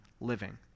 living